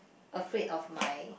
afraid of my